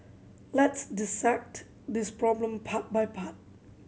let's dissect this problem part by part